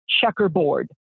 checkerboard